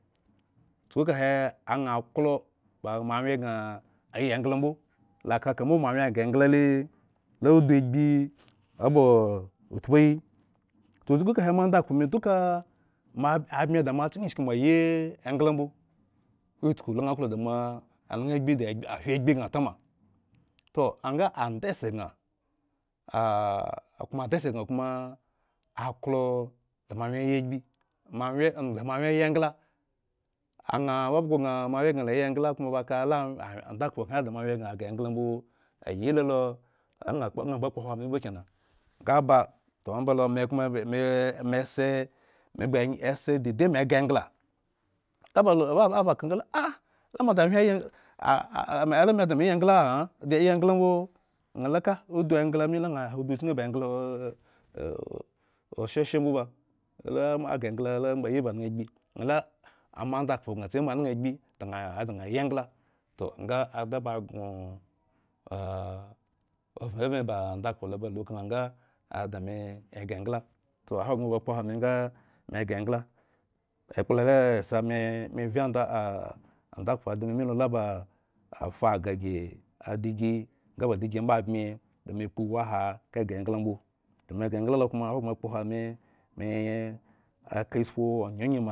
Chuku kahe aŋha klo ba moawyen gŋa yi engl mbolamo ghere engla u, la udu agbi a ba uthpu ayi toh chuku kahe mondakhpo me duka ma abmi da moakyin ishki mo ayi engla mbo chuku la nha aklo damo a naŋha agbi da ŋha hye agbi gŋa ta ma toh nga andetse gŋa. koma. andetse gŋa. koma a klo da. moawyen yi agbi moawyen o da moawyen englaañh a b abhgo. gŋa moawyen. gŋa yi engla koma ba kala andakhpo gŋa damoawyen gŋa ghre engla mbo ayi lolo a ŋha-aŋha gba kpo hwo ami mbo kena, nga ba toh ombalo me-me tse me gbo tse dede me gbotse dede me ghre engla nga ba ka ŋga luma la mo da wyen he la mo dameyi engla aŋha yi engla mbo ñha la kaudu engla me la ŋha ha udu kyen ba engla o osheshye mbo ba la mo ghre. enla. la mo ayi ba anaŋha agbi aŋhala mo. Andakhp gŋa tse mo anaŋhagbi toh ada ba gŋa a voven ba andakhpolo balu ka ŋha nga a da me eghre engla, toh ahogbren ba kpohwo arme nga me ghre engla ekpla me vye"anda-an dakhpo adime mri lalaba afa agahi ygi adaginga ba adigi mbo abmi nga da me kpo iwu ahan nga ghere engla mbo toh me kpo iwu ahan nga ghere engla mbo toh me ghre engla koma ahogbren akpohwo ame da me-me. Katspu ony onye mo